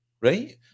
Right